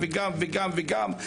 וגם וגם וגם.